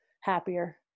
happier